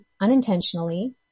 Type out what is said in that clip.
unintentionally